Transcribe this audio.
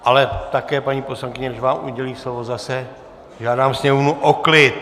Ale také, paní poslankyně, než vám udělím slovo, zase žádám sněmovnu o klid!